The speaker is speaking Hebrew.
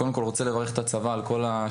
קודם כל אני רוצה לברך את הצבא על כל השינויים,